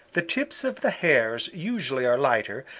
the tips of the hairs usually are lighter,